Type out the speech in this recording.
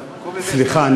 סליחה.